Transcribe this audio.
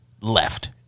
left